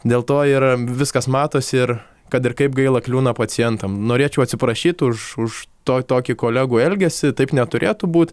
dėl to yra viskas matosi ir kad ir kaip gaila kliūna pacientam norėčiau atsiprašyt už už to tokį kolegų elgesį taip neturėtų būt